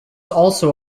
also